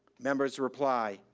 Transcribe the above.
members reply,